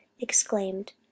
exclaimed